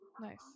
nice